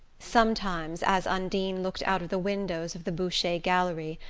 sometimes, as undine looked out of the windows of the boucher gallery,